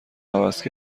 عوض